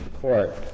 Court